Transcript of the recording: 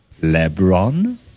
LeBron